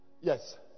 Yes